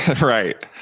right